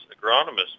agronomist